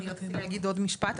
אני רציתי להגיד עוד משפט,